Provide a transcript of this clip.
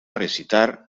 recitar